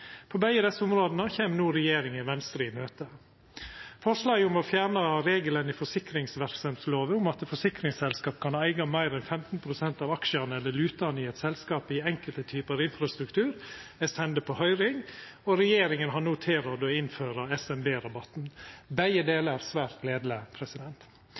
På begge desse områda kjem no regjeringa Venstre i møte. Forslaget om å fjerna regelen i forsikringsverksemdslova om at forsikringsselskap ikkje kan eiga meir enn 15 pst. av aksjane eller lutane i eit selskap i enkelte typar infrastruktur, er sendt på høyring, og regjeringa har no tilrådd å innføra SMB-rabatten. Begge